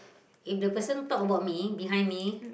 if the person talk about me behind me